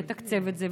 לתקצב את זה,